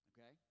Okay